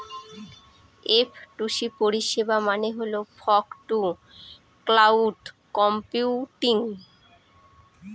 F two C পরিষেবা মানে হল ফগ টু ক্লাউড কম্পিউটিং